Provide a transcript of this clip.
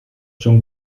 schon